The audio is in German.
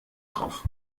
drauf